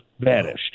vanished